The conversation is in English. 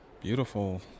beautiful